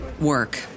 work